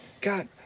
God